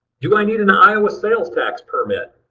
do i need an iowa sales tax permit?